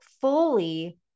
fully